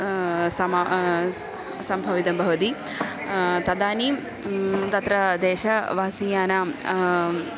समा सम्भवितं भवति तदानीं तत्र देशवासीयानां